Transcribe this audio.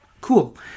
Cool